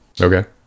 Okay